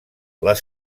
les